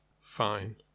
Fine